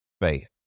Faith